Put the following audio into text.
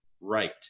right